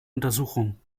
untersuchung